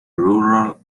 rural